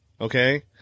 okay